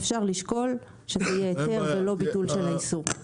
אפשר לשקול שזה יהיה היתר ולא ביטול של האיסור.